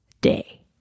day